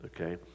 Okay